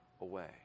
away